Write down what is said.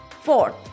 Fourth